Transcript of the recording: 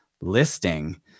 listing